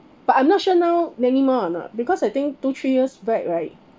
but I'm not sure now many more or not because I think two three years back right